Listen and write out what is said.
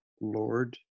Lord